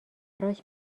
براش